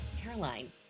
Caroline